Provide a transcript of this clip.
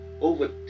over